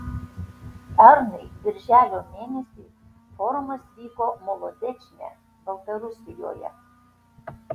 pernai birželio mėnesį forumas vyko molodečne baltarusijoje